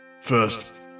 First